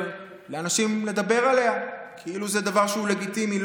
לאנשים לדבר עליה כאילו זה דבר שהוא לגיטימי.